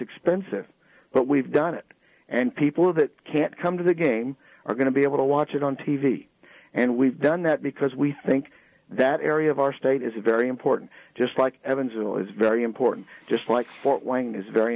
expensive but we've done it and people that can't come to the game are going to be able to watch it on t v and we've done that because we think that area of our state is very important just like evansville is very important just like fort wayne is very